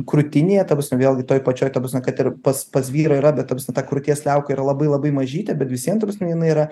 krūtinėje ta prasme vėlgi toj pačioj ta prasme kad ir pas pas vyrą yra bet ta prasme ta krūties liauka yra labai labai mažytė bet vis vien ta prasme jinai yra